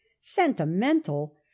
Sentimental